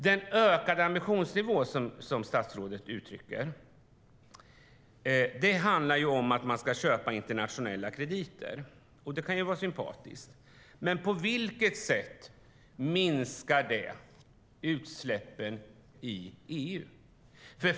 Den ökade ambitionsnivå som statsrådet ger uttryck för handlar om att man ska köpa internationella krediter, och det kan vara sympatiskt. Men på vilket sätt minskar det utsläppen i EU?